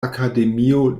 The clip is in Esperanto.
akademio